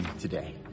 today